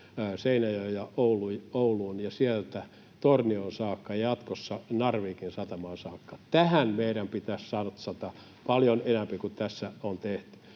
Seinäjoelle ja Ouluun ja sieltä Tornioon saakka ja jatkossa Narvikin satamaan saakka. Tähän meidän pitäisi satsata paljon enemmän kuin tässä on tehty.